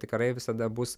tikrai visada bus